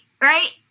right